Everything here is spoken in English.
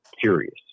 curious